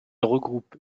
regroupe